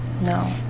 No